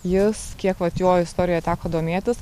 jis kiek vat jo istorija teko domėtis